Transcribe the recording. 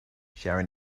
sharon